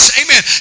amen